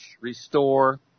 restore